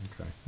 Okay